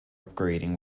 upgrading